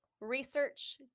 research